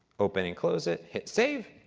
open and close it, hit save.